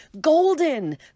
Golden